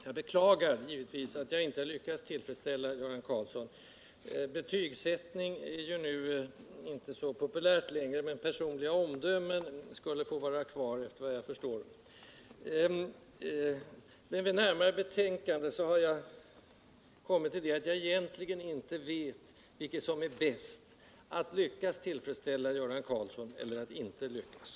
Herr talman! Jag beklagar givetvis att jag inte lyckades tillfredsställa Göran Karlsson. Betygsättning är ju nu inte så populärt, men personliga omdömen skulle få vara kvar, efter vad jag förstår. Vid närmare betänkande har jag emellertid kommit fram till att jag egentligen inte vet vilket som är bäst — att lyckas tillfredsställa Göran Karlsson eller att inte lyckas.